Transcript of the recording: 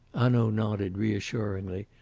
hanaud nodded reassuringly,